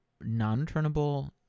non-turnable